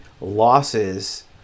losses